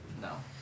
No